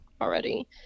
already